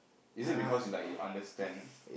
is it because you like you understand